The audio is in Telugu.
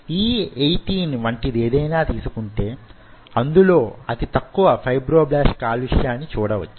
E 18 వంటిదేదయినా తీసుకుంటే అందులో అతి తక్కువ ఫ్రైబ్రొబ్లాస్ట్ కాలుష్యాన్ని చూడవచ్చు